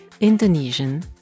Indonesian